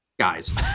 guys